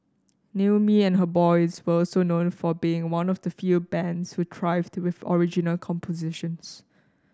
Naomi and her boys were also known for being one of the few bands who thrived with original compositions